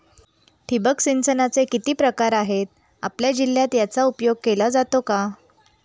ठिबक सिंचनाचे किती प्रकार आहेत? आपल्या जिल्ह्यात याचा उपयोग केला जातो का?